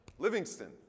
Livingston